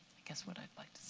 guess, what i'd like